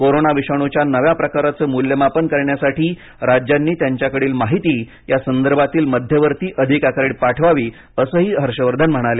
corona विषाणूच्या नव्या प्रकाराचं मूल्यमापन करण्यासाठी राज्यांनी त्यांच्याकडील माहिती यासंदर्भातील मध्यवर्ती अधिकाऱ्याकडे पाठवावी असंही हर्षवर्धन म्हणाले